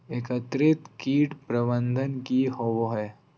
एकीकृत कीट प्रबंधन की होवय हैय?